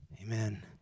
Amen